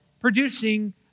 producing